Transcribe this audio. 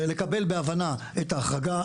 לקבל בהבנה את ההחרגה.